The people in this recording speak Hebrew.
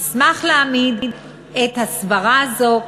אשמח להעמיד את הסברה הזאת,